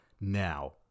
Now